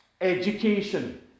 education